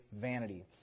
vanity